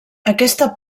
aquesta